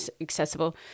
accessible